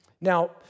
Now